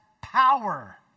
power